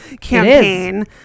campaign